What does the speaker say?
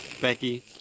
Becky